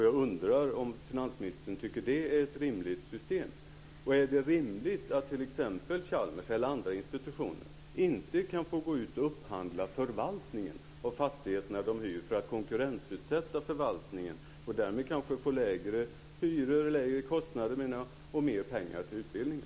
Jag undrar om finansministern tycker att det är ett rimligt system. Är det rimligt att t.ex. Chalmers eller andra institutioner inte kan gå ut och upphandla förvaltningen av fastigheterna de hyr för att konkurrensutsätta förvaltningen och därmed kanske få lägre hyror och lägre kostnader och mer pengar till utbildningen?